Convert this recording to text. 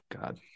God